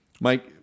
Mike